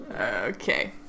Okay